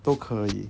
都可以